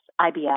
IBS